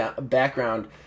background